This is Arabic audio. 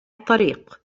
الطريق